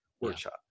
workshop